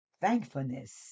Thankfulness